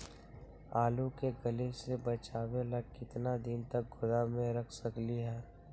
आलू के गले से बचाबे ला कितना दिन तक गोदाम में रख सकली ह?